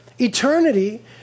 eternity